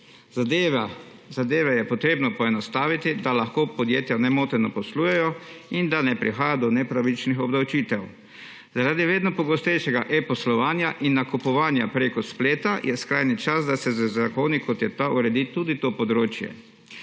Zadeve je potrebno poenostaviti, da lahko podjetja nemoteno poslujejo in da ne prihaja do nepravičnih obdavčitev. Zaradi vedno pogostejšega e-poslovanja in nakupovanja preko spleta je skrajni čas, da se z zakoni, kot je ta, uredi tudi to področje.